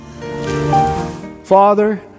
Father